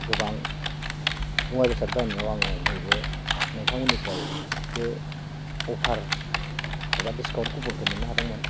गोबां मुवा बेसाद बायनायाव आङो नैबे नोंथांमोननिफ्राय बे अफार एबा डिसकाउन्ट कुपनखौ मोननो हादोंमोन